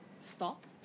stop